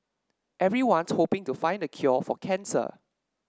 everyone's hoping to find the cure for cancer